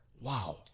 Wow